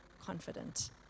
confident